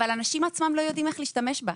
אבל האנשים עצמם לא יודעים איך להשתמש בה.